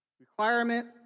Requirement